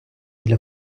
для